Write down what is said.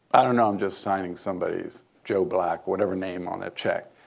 i don't know. i'm just signing somebody as joe black, whatever name on a check.